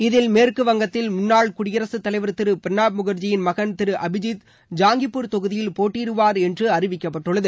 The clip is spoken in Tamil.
இதில் மேற்குவங்கத்தில் முன்னாள் குடியரசுத் தலைவா் திரு பிரனாப் முன்ஜியின் மகன் திரு அபிஜித் ஜாங்கிபூர் தொகுதியில் போட்டியிடுவார் என்று அறிவிக்கப்பட்டுள்ளது